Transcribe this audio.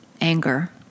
anger